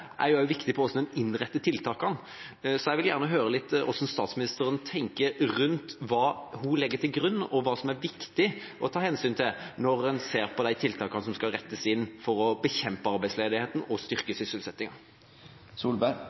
viktig for hvordan en innretter tiltakene, så jeg vil gjerne høre litt om hvordan statsministeren tenker, hva hun legger til grunn, og hva som er viktig å ta hensyn til når en ser på de tiltakene som skal rettes inn for å bekjempe arbeidsledigheten og styrke